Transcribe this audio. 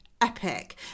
epic